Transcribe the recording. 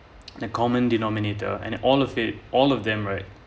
the common denominator and all of it all of them right